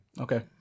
Okay